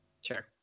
sure